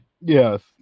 Yes